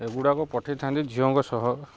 ଏଗୁଡ଼ାକ ପଠେଇଥାନ୍ତି ଝିଅଙ୍କ ସହ